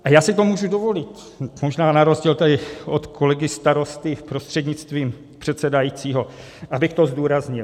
A já si to můžu dovolit, možná na rozdíl tady od kolegy starosty, prostřednictvím předsedajícího, abych to zdůraznil.